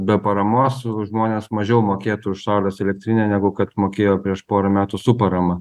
be paramos žmonės mažiau mokėtų už saulės elektrinę negu kad mokėjo prieš porą metų su parama